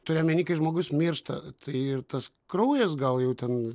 turiu omeny kai žmogus miršta tai ir tas kraujas gal jau ten